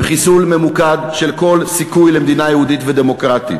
הוא חיסול ממוקד של כל סיכוי למדינה יהודית ודמוקרטית,